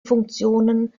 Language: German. funktionen